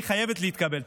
היא חייבת להתקבל.